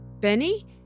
Benny